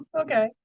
okay